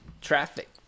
traffic